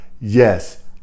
Yes